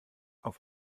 auf